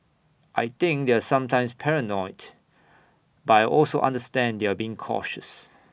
I think they're sometimes paranoid but I also understand you're being cautious